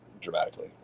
dramatically